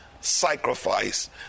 sacrifice